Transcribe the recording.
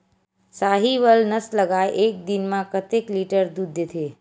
साहीवल नस्ल गाय एक दिन म कतेक लीटर दूध देथे?